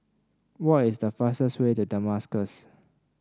what is the fastest way to Damascus